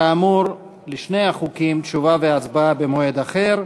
כאמור, על שני החוקים, תשובה והצבעה במועד אחר.